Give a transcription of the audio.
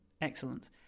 excellent